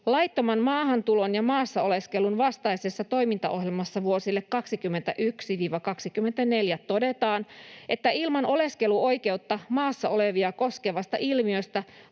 ”Laittoman maahantulon ja maassa oleskelun vastaisessa toimintaohjelmassa vuosille 21—24 todetaan, että ilman oleskeluoikeutta maassa olevia koskevasta ilmiöstä